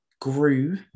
grew